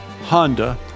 Honda